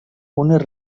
unes